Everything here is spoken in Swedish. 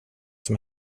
som